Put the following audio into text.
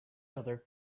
other